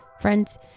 Friends